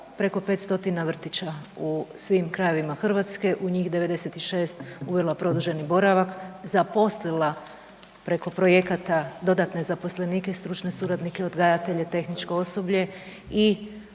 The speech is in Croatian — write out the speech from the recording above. preko 500 vrtića u svim krajevima Hrvatske, u njih 96 uvela produženi boravak, zaposlila preko projekata dodatne zaposlenike i stručne suradnike, odgajatelje, tehničko osoblje i